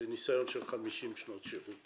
זה על סמך ניסיון של 50 שנות שירות